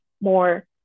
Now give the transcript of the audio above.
More